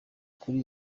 kuri